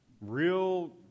real